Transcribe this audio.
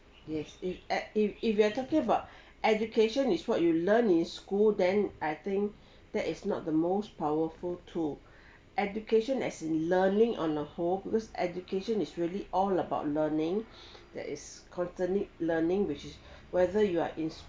yes if at if if you are talking about education is what you learn in school then I think that is not the most powerful tool education as in learning on a whole because education is really all about learning that is constantly learning which is whether you are in school